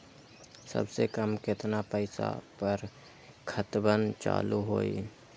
सबसे कम केतना पईसा पर खतवन चालु होई?